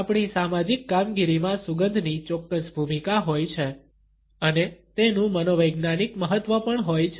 આપણી સામાજિક કામગીરીમાં સુગંધની ચોક્કસ ભૂમિકા હોય છે અને તેનું મનોવૈજ્ઞાનિક મહત્વ પણ હોય છે